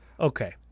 Okay